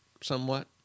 somewhat